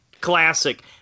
Classic